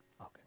Okay